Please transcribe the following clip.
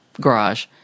garage